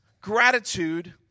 gratitude